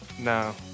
No